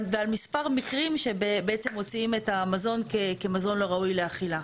ועל מספר המקרים שבעצם מוציאים את המזון כמזון לא ראוי לאכילה.